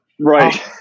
Right